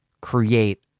create